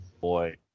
boy